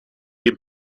dem